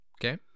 Okay